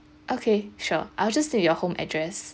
okay sure I'll just say your home address